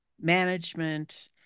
management